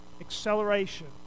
acceleration